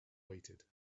waited